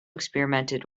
experimented